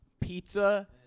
pizza